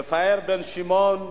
רפאל בן-שמעון,